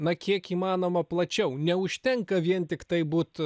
na kiek įmanoma plačiau neužtenka vien tiktai būt